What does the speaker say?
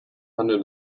handel